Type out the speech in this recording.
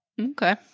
Okay